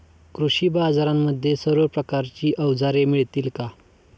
कृषी बाजारांमध्ये सर्व प्रकारची अवजारे मिळतील का?